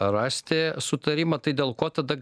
rasti sutarimą tai dėl ko tada gali